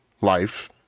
life